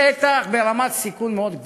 שטח ברמת סיכון מאוד גבוהה.